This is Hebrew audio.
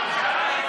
שחבר,